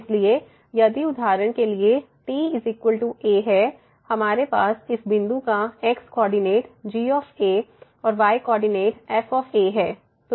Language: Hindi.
इसलिए यदि उदाहरण के लिए t a है हमारे पास इस बिंदु का x कोऑर्डिनेट g और y कोऑर्डिनेट f है